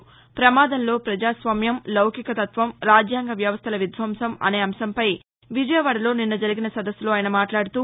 ప్రమాదంలో పజాస్వామ్యం లౌకికతత్వం రాజ్యాంగ వ్యవస్థల విధ్వంసం అనే అంశంపై విజయవాడలో నిన్న జరిగిన సదస్సులో ఆయన మాట్లాడుతూ